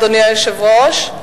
אדוני היושב-ראש,